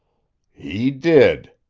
he did,